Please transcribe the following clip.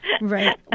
Right